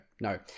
No